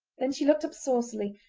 then she looked up saucily,